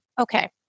Okay